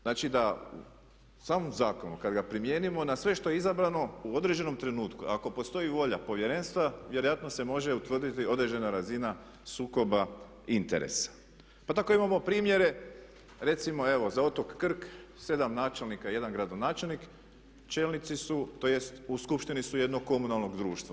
Znači da u samom zakonu kad ga primijenimo na sve što je izabrano u određenom trenutku ako postoji volja Povjerenstva vjerojatno se može utvrditi određena razina sukoba interesa, pa tako imamo primjere recimo evo za otok Krk 7 načelnika i 1 gradonačelnik čelnici su tj. u skupštini su jednog komunalnog društva.